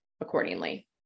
accordingly